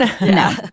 no